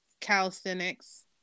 calisthenics